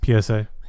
PSA